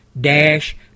dash